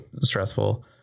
stressful